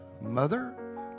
mother